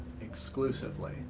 exclusively